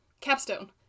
capstone